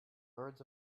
birds